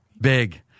big